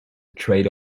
trade